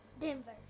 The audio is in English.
Denver